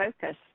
focus